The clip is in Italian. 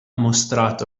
mostrato